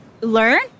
learn